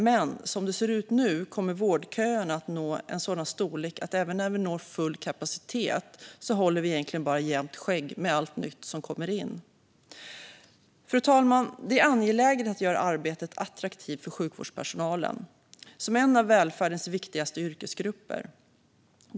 Men som det ser ut nu kommer vårdköerna att nå en sådan storlek att vi även när vi når full kapacitet egentligen bara håller jämna steg med allt nytt som kommer in. Fru talman! Det är angeläget att göra arbetet attraktivt för sjukvårdspersonalen, som är en av välfärdens viktigaste yrkesgrupper.